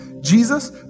Jesus